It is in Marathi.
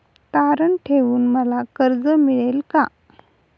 तारण ठेवून मला कर्ज मिळेल का?